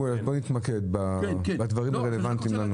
שמואל, בוא נתמקד בדברים הרלוונטיים.